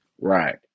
Right